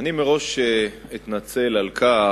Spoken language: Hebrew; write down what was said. אני מראש אתנצל על כך